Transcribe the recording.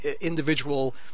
individual